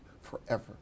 forever